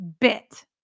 bit